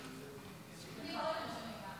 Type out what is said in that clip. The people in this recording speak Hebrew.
תמיד אני משמיע קולות,